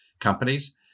companies